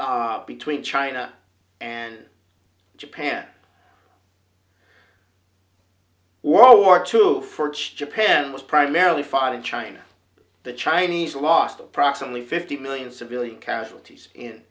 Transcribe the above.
between between china and japan or war two for japan was primarily fight in china the chinese lost approximately fifty million civilian casualties in